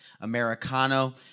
Americano